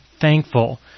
thankful